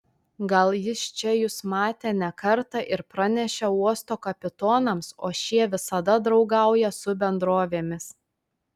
gal jis čia jus matė ne kartą ir pranešė uosto kapitonams o šie visada draugauja su bendrovėmis